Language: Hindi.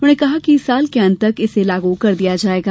उन्होंने कहा कि इस साल के अंत तक इसे लागू कर दिया जायेगा